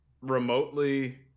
remotely